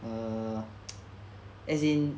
err as in